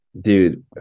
Dude